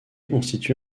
constitue